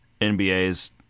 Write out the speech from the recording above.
NBA's